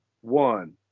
one